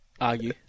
argue